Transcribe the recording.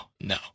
no